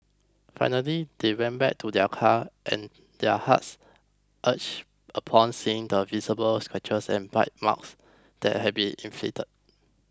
finally they went back to their car and their hearts ached upon seeing the visible scratches and bite marks that had been inflicted